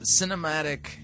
cinematic